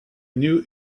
new